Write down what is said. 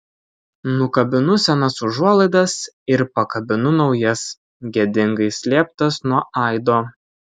nukabinu senas užuolaidas ir pakabinu naujas gėdingai slėptas nuo aido